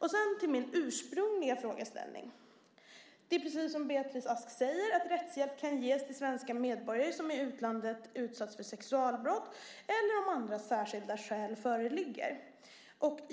Låt mig sedan återgå till min ursprungliga frågeställning. Det är precis som Beatrice Ask säger att rättshjälp kan ges till svenska medborgare som utsatts för sexualbrott i utlandet eller om andra särskilda skäl föreligger.